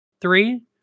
three